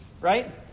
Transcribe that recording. right